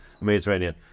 Mediterranean